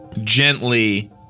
gently